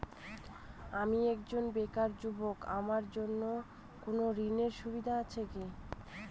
আমি একজন বেকার যুবক আমার জন্য কোন ঋণের সুবিধা আছে কি?